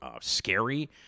scary